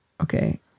Okay